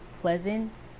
pleasant